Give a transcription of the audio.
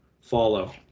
Follow